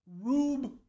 Rube